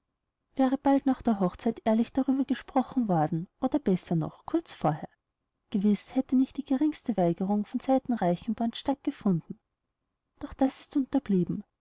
wäre bald nach der hochzeit ehrlich darüber gesprochen worden oder noch besser kurz vorher gewiß hätte nicht die geringste weigerung von seiten reichenborn's statt gefunden doch das ist unterblieben